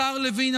השר לוין,